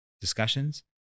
discussions